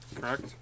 Correct